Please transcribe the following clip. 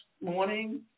morning